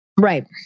Right